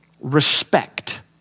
respect